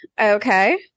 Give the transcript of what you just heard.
Okay